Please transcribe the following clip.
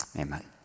amen